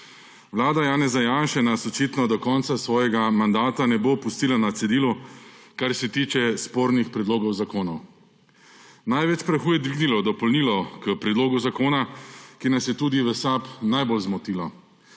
Vlada Janeza Janše nas očitno do svojega mandata ne bo pustila na cedilu, kar se tiče spornih predlogov zakonov. Največ prahu je dvignilo dopolnilo k predlogu zakona, ki nas je tudi v SAB najbolj zmotilo.